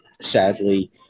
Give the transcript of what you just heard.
sadly